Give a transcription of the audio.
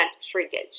shrinkage